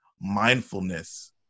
mindfulness